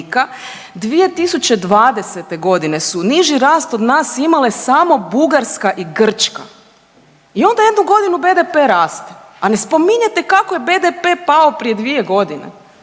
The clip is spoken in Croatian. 2020.g. su niži rast od nas imale samo Bugarska i Grčka. I onda jednu godinu BDP raste, a ne spominjete kako je BDP pao prije dvije godine.